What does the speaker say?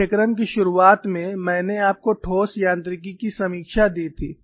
पाठ्यक्रम की शुरुआत में मैंने आपको ठोस यांत्रिकी की समीक्षा दी थी